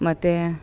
ಮತ್ತು